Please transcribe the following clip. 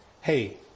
hey